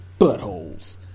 Buttholes